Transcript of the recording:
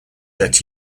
that